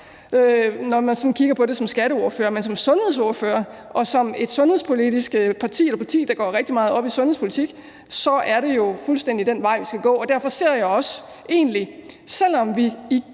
sådan kigger på det som skatteordfører. Men for en sundhedsordfører og for et parti, der går rigtig meget op i sundhedspolitik, er det jo fuldstændig den vej, vi skal gå. Derfor ser jeg også egentlig – selv om vi igen